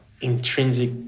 intrinsic